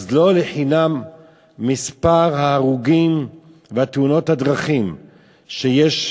אז לא לחינם מספר ההרוגים בתאונות הדרכים שיש,